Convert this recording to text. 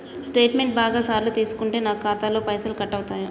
Statement బాగా సార్లు తీసుకుంటే నాకు ఖాతాలో పైసలు కట్ అవుతయా?